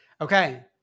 Okay